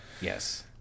yes